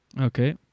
Okay